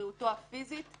בבריאותו הפיזית,